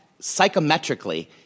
psychometrically